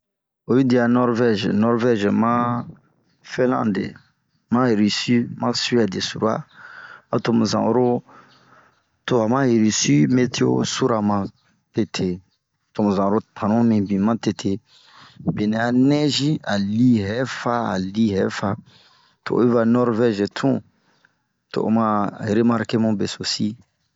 Oyi dia Nɔrvɛze, Nɔrvɛze maa fɛlande, ma Risi, ma Suwɛde sura tomu zan'oro bama risi meto sura matete, to mu za'oro tanu minbin matete, benɛ a nɛzi,a lii hɛɛfa a lii hɛɛfa. To'oyi va nɔrvɛzi tun, to'o ma remarke bunbe sosi.